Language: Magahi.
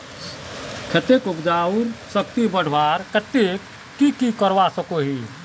खेतेर उपजाऊ शक्ति बढ़वार केते की की करवा सकोहो ही?